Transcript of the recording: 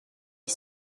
est